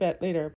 later